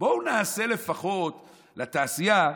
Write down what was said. בואו נעשה לפחות לתעשייה,